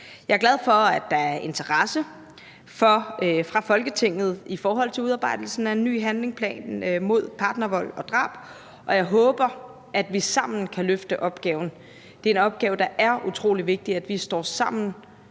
Jeg er glad for, at der er interesse fra Folketingets side i forhold til udarbejdelsen af en ny handlingsplan mod partnervold og partnerdrab, og jeg håber, at vi sammen kan løfte opgaven. Det er en opgave, som det er utrolig vigtigt at vi står sammen